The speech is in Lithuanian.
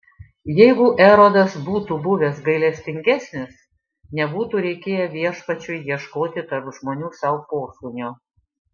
jeigu erodas būtų buvęs gailestingesnis nebūtų reikėję viešpačiui ieškoti tarp žmonių sau posūnio